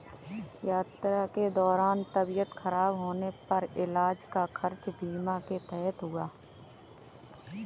यात्रा के दौरान तबियत खराब होने पर इलाज का खर्च बीमा के तहत हुआ